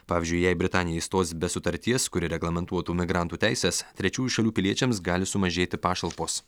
pavyzdžiui jei britanija išstos be sutarties kuri reglamentuotų migrantų teises trečiųjų šalių piliečiams gali sumažėti pašalpos